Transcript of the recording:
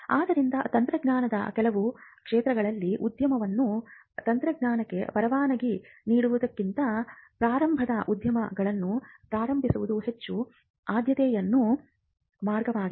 ಆದ್ದರಿಂದ ತಂತ್ರಜ್ಞಾನದ ಕೆಲವು ಕ್ಷೇತ್ರಗಳಲ್ಲಿ ಉದ್ಯಮವನ್ನು ತಂತ್ರಜ್ಞಾನಕ್ಕೆ ಪರವಾನಗಿ ನೀಡುವುದಕ್ಕಿಂತ ಪ್ರಾರಂಭದ ಉದ್ಯಮಗಳನ್ನು ಪ್ರಾರಂಭಿಸುವುದು ಹೆಚ್ಚು ಆದ್ಯತೆಯ ಮಾರ್ಗವಾಗಿದೆ